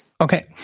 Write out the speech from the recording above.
Okay